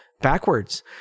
Backwards